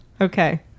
Okay